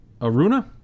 Aruna